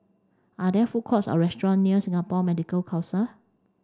are there food courts or restaurant near Singapore Medical Council